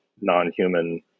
non-human